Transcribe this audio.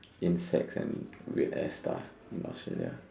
insects and weird ass stuff in Australia